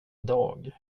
dag